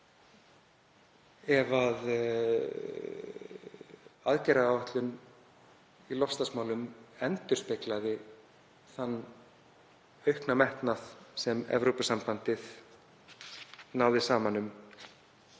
ef aðgerðaáætlun í loftslagsmálum endurspeglaði þann aukna metnað sem Evrópusambandið náði saman um